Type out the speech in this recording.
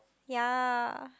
ya